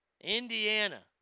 Indiana